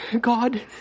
God